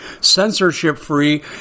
censorship-free